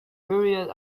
period